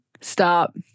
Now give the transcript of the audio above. Stop